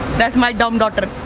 that's my dumb daughter.